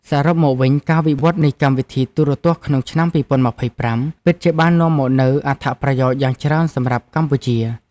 សរុបមកវិញ ការវិវត្តនៃកម្មវិធីទូរទស្សន៍ក្នុងឆ្នាំ ២០២៥ ពិតជាបាននាំមកនូវអត្ថប្រយោជន៍យ៉ាងច្រើនសម្រាប់កម្ពុជា។